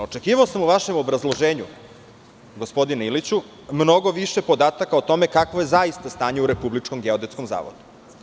Očekivao sam u vašem obrazloženju, gospodine Iliću, mnogo više podataka o tome kakvo je zaista stanje u Republičkom geodetskom zavodu.